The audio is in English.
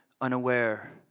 unaware